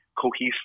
cohesive